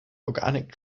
organic